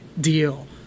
deal